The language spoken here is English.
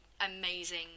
amazing